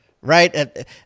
right